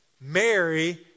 Mary